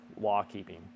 law-keeping